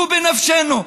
הוא בנפשנו.